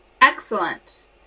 Excellent